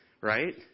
right